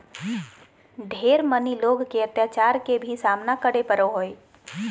ढेर मनी लोग के अत्याचार के भी सामना करे पड़ो हय